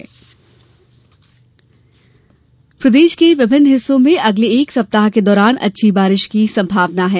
मौसम प्रदेश के विभिन्न हिस्सों में अगले एक सप्ताह के दौरान अच्छी बारिश की संभावना है